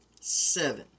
Seven